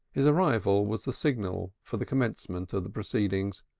his arrival was the signal for the commencement of the proceedings,